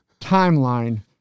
timeline